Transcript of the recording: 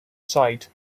side